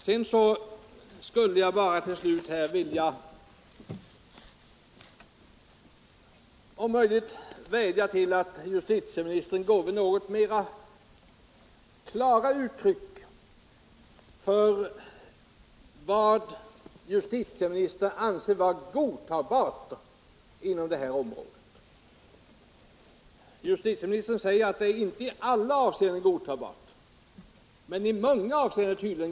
Till sist skulle jag bara vilja vädja till justitieministern att om möjligt ge något klarare uttryck för vad justitieministern anser vara godtagbart på det här området. Justitieministern säger att läget inte är i alla avseenden godtagbart, men i många avseenden då tydligen.